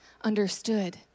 understood